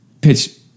pitch